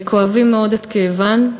וכואבים מאוד את כאבן.